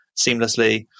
seamlessly